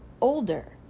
older